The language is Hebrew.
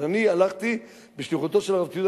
אז אני הלכתי בשליחותו של הרב צבי יהודה